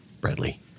Bradley